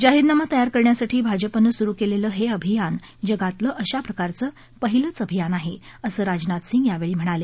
जाहीरनामा तयार करण्यासाठी भाजपनं सूरु केलेलं हे अभियान जगातलं अशाप्रकारचं पहिलंच अभियान आहे असं राजनाथ सिंह यावेळी म्हणाले